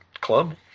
club